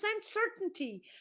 certainty